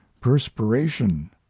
perspiration